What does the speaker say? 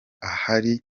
ahari